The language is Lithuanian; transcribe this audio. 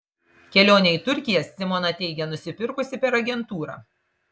kelionę į turkiją simona teigia nusipirkusi per agentūrą